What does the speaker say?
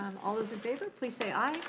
um all those in favor, please say aye. aye.